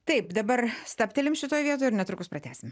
taip dabar stabtelim šitoj vietoj ir netrukus pratęsim